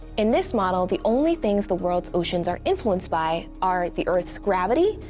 in this model, the only things the world's oceans are influenced by are the earth's gravity,